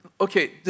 Okay